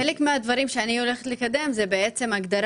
חלק מהדברים שאני הולכת לקדם זה הגדרה